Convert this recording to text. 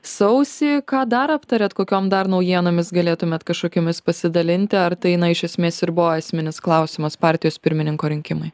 sausį ką daro aptariate kokiom dar naujienomis galėtumėte kažkokiomis pasidalinti ar tai jinai iš esmės ir buvo esminis klausimas partijos pirmininko rinkimai